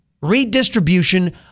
redistribution